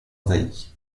envahie